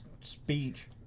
speech